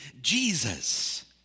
Jesus